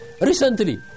recently